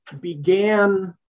began